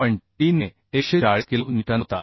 3 ने 140 kilo newton होता